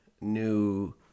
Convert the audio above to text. new